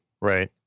right